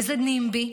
וזה נמב"י,